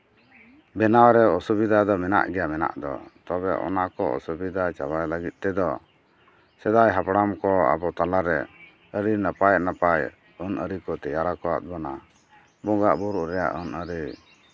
ᱵᱮᱱᱟᱣ ᱨᱮᱭᱟᱜ ᱚᱥᱩᱵᱤᱫᱷᱟ ᱫᱚ ᱢᱮᱱᱟᱜ ᱜᱮᱭᱟ ᱢᱮᱱᱟᱜ ᱫᱚ ᱛᱚᱵᱮ ᱚᱱᱟ ᱠᱚ ᱚᱥᱩᱵᱤᱫᱷᱟ ᱪᱟᱵᱟᱭ ᱞᱟᱹᱜᱤᱫ ᱛᱮᱫᱚ ᱥᱮᱫᱟᱭ ᱦᱟᱯᱲᱟᱢ ᱠᱚ ᱟᱵᱚ ᱛᱟᱞᱟᱨᱮ ᱟᱹᱰᱤ ᱱᱟᱯᱟᱭ ᱱᱟᱯᱟᱭ ᱟᱹᱱ ᱟᱹᱨᱤ ᱠᱚ ᱛᱮᱭᱟᱨ ᱟᱠᱟᱫ ᱵᱚᱱᱟ ᱵᱚᱸᱜᱟᱼᱵᱩᱨᱩᱜ ᱨᱮᱭᱟᱜ ᱟᱹᱱᱼᱟᱹᱨᱤ